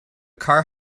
car